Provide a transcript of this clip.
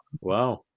Wow